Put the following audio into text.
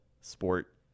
sport